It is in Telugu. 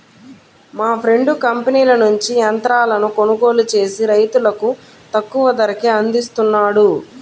మా ఫ్రెండు కంపెనీల నుంచి యంత్రాలను కొనుగోలు చేసి రైతులకు తక్కువ ధరకే అందిస్తున్నాడు